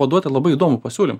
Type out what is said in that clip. paduoti labai įdomų pasiūlymą